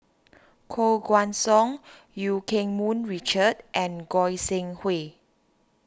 Koh Guan Song Eu Keng Mun Richard and Goi Seng Hui